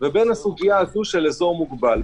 ובין הסוגיה הזו של אזור מוגבל.